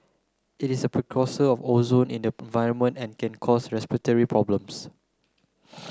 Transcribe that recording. it is a precursor of ozone in the environment and can cause respiratory problems